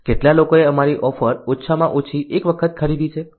કેટલા લોકોએ અમારી ઓફર ઓછામાં ઓછી એક વખત ખરીદી છે